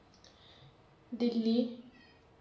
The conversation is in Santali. ᱫᱤᱞᱞᱤ